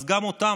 אז גם אותם,